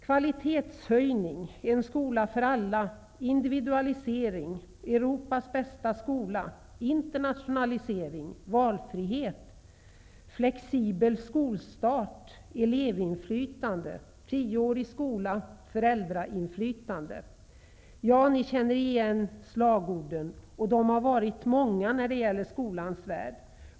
Kvalitetshöjning, en skola för alla, individualisering, Europas bästa skola, internationalisering, valfrihet, flexibel skolstart, elevinflytande, tioårig skola och föräldrainflytande. Ni känner säkert igen slagorden. Slagorden har varit och är många när det gäller skolans värld.